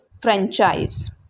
franchise